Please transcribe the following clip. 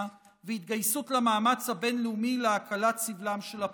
והתגייסות למאמץ הבין-לאומי להקלת סבלם של הפליטים.